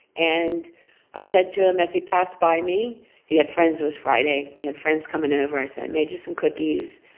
and i said to him as he passed by me he had friends it was friday. he had friends coming over. i said, made you some cookies.